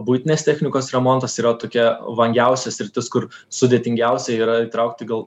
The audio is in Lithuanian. buitinės technikos remontas yra tokia vangiausias sritis kur sudėtingiausia yra įtraukti gal